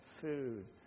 food